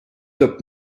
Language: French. top